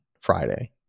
Friday